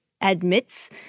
admits